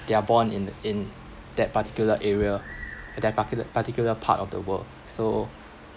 they are born in the in that particular area at that parti~ particular part of the world so